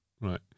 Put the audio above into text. right